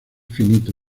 finito